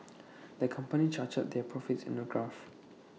the company charted their profits in A graph